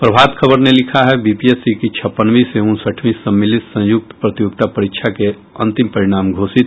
प्रभात खबर ने लिखा है बीपीएससी की छप्पनवीं से उनसठवीं सम्मिलित संयुक्त प्रतियोगिता परीक्षा के अंतिम परिणाम घोषित